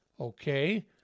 okay